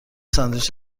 ساندویچ